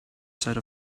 side